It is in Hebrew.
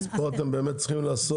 אז פה אתם באמת צריכים לעשות,